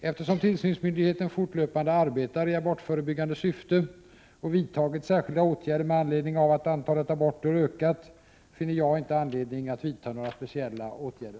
Eftersom tillsynsmyndigheten fortlöpande arbetar i abortförebyggande syfte och vidtagit särskilda åtgärder med anledning av att antalet aborter ökat, finner jag inte anledning att vidta några speciella åtgärder.